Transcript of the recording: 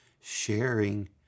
sharing